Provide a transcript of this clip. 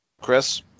Chris